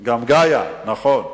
גם גייא, נכון.